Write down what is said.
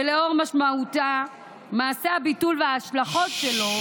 ולאור משמעות מעשה הביטול וההשלכות שלו,